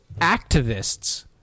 activists